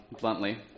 bluntly